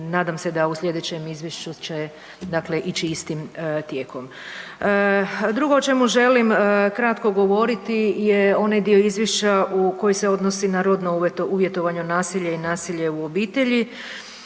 nadam se da u sljedećem izvješću će, dakle, ići istim tijekom. Drugo o čemu želim kratko govoriti je onaj dio izvješća u koji se odnosi na rodno uvjetovano nasilje i nasilje u obitelji.